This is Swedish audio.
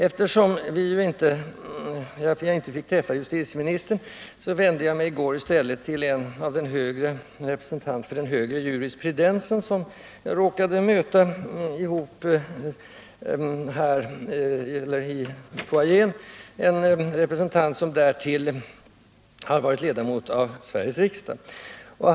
Eftersom jag inte skulle få träffa justitieministern i dag, tog jag i går upp denna fråga med en representant för den högre jurisprudensen som jag råkade möta här ute i foajén, en representant som därtill har varit ledamot av Sveriges riksdag.